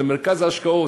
ומרכז ההשקעות,